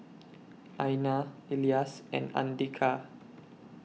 Aina Elyas and Andika